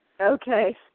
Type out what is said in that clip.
Okay